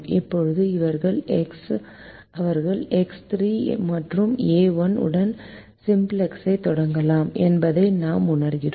இப்போது அவர்கள் எக்ஸ் 3 மற்றும் ஏ 1 உடன் சிம்ப்ளெக்ஸைத் தொடங்கலாம் என்பதை நாம் உணர்கிறோம்